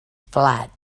flight